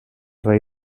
rey